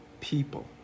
people